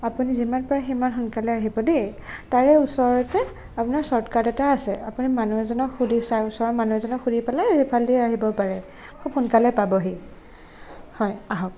আপুনি যিমান পাৰে সিমান সোনকালে আহিব দেই তাৰে ওচৰতে আপোনাৰ চৰ্টকাট এটা আছে আপুনি মানুহ এজনক সুধি চাওক ওচৰৰ মানুহ এজনক সুধি পেলাই সেইফালেদিয়ে আহিব পাৰে খুব সোনকালে পাবহি হয় আহক